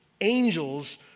Angels